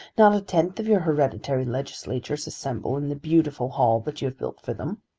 not a tenth of your hereditary legislators assemble in the beautiful hall that you have built for them.